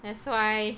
that's why